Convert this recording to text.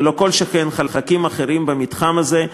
וכל שכן חלקים אחרים במתחם הזה,